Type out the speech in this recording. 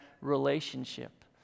relationship